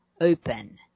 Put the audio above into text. open